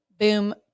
boom